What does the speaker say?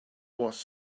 was